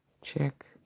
check